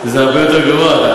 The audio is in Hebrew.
זה הרבה יותר גרוע.